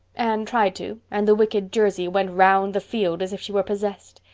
anne tried to, and the wicked jersey went around the field as if she were possessed.